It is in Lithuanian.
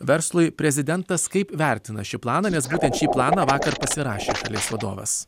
verslui prezidentas kaip vertina šį planą nes būtent šį planą vakar pasirašė šalies vadovas